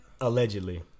Allegedly